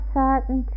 certain